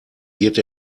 wird